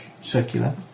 circular